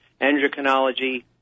endocrinology